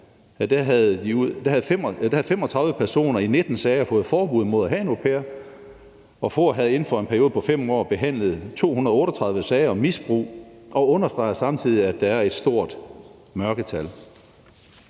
2 år havde 35 personer i 19 sager fået forbud mod at have en au pair, og FOA havde inden for en periode på 5 år behandlet 238 sager om misbrug og understregede samtidig, at der er et stort mørketal.